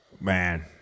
man